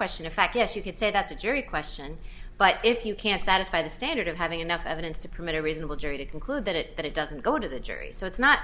question in fact yes you could say that's a jury question but if you can't satisfy the standard of having enough evidence to permit a reasonable jury to conclude that it that it doesn't go to the jury so it's not